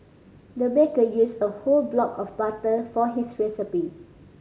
the baker used a whole block of butter for this recipe